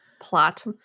plot